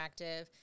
interactive